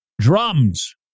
Drums